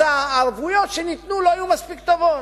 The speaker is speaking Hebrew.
הערבויות שניתנו לא היו מספיק טובות.